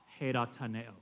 herataneo